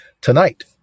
tonight